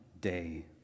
day